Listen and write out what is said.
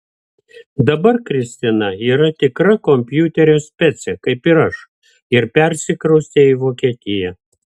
dabar kristina yra tikra kompiuterio specė kaip ir aš ir persikraustė į vokietiją